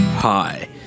Hi